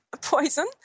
poison